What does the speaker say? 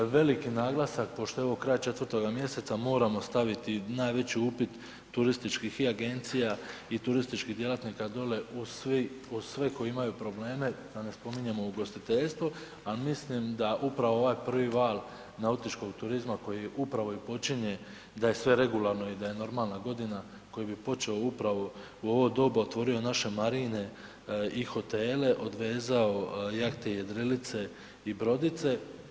Veliki naglasak, pošto je ovo kraj 4 mjeseca moramo staviti, najveći upit turističkih i agencija i turističkih djelatnika dole uz svi, uz sve koji imaju probleme, da ne spominjemo ugostiteljstvo, al mislim da upravo ovaj prvi val nautičkog turizma koji upravo i počinje da je sve regularno i da je normalna godina koji bi počeo upravo u ovo doba, otvorio naše marine i hotele, odvezao jahte i jedrilice i brodice.